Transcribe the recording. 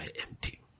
empty